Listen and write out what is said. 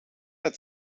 att